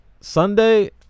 Sunday